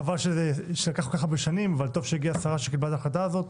חבל שלקח כל כך הרבה שנים אבל טוב שהגיעה השרה שקיבלה את ההחלטה הזאת.